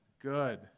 good